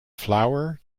flour